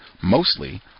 mostly